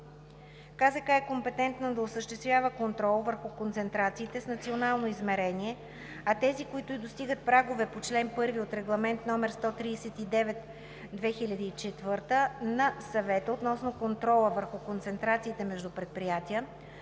КЗК е компетентна да осъществява контрол върху концентрациите с национално измерение, а тези, които достигат праговете по чл. 1 от Регламент № 139/2004 на Съвета относно контрола върху концентрациите между предприятията